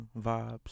vibes